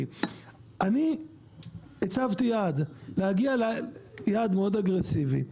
אני הצבתי יעד מאוד אגרסיבי,